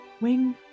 Wing